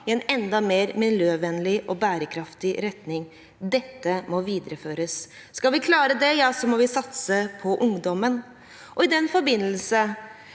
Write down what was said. i en enda mer miljøvennlig og bærekraftig retning. Dette må videreføres. Skal vi klare det, må vi satse på ungdommen. I den forbindelse